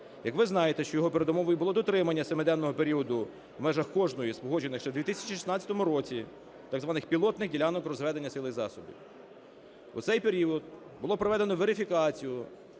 Як ви знаєте, що його передумовою було дотримання семиденного періоду в межах кожної з погоджених ще в 2016 році так званих пілотних ділянок розведення сил і засобів. У цей період було проведено верифікацію